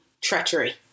treachery